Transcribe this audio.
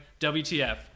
WTF